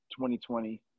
2020